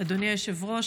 אדוני היושב-ראש,